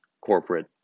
corporate